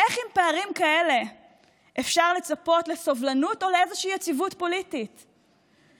איך אפשר לצפות לסובלנות או לאיזושהי יציבות פוליטית עם פערים כאלה?